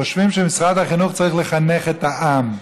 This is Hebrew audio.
חושבים שמשרד החינוך צריך לחנך את העם.